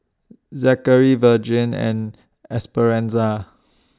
Zackery Vergie and Esperanza